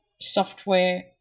software